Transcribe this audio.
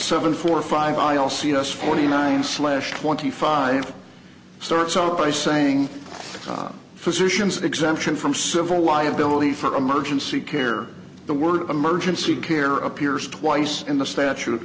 seven four five i'll see this forty nine slash twenty five starts off by saying physicians exemption from civil liability for emergency care the word emergency care appears twice in the statute